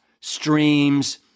streams